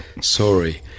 sorry